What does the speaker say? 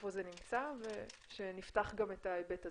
איפה זה נמצא ושנפתח גם את ההיבט הזה.